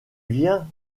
viens